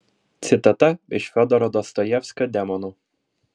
citata iš fiodoro dostojevskio demonų